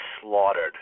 slaughtered